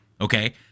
Okay